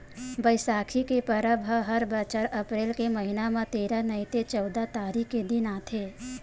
बइसाखी के परब ह हर बछर अपरेल के महिना म तेरा नइ ते चउदा तारीख के दिन आथे